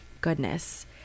goodness